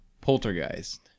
Poltergeist